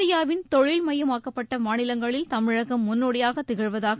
இந்தியாவின் தொழில்மய மாக்கப்பட்ட மாநிலங்களில் தமிழகம் முன்னோடியாக திகழ்வதாக